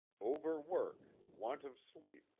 overwork, want of sleep,